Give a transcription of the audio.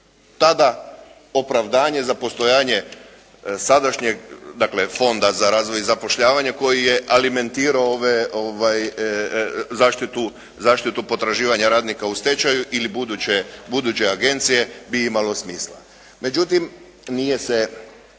tada opravdanje za postojanje sadašnjeg dakle Fonda za razvoj i zapošljavanje koji je alimentirao zaštitu potraživanja radnika u stečaju ili buduće agencije bi imalo smisla. Međutim nije se